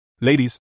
Ladies